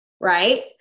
right